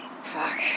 Fuck